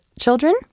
children